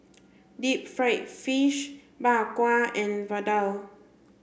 deep fried fish Bak Kwa and Vadai